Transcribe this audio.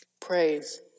Praise